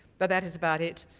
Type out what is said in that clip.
but that is about it.